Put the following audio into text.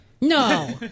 No